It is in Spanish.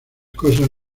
cosas